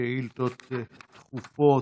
שאילתות דחופות.